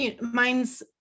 Mine's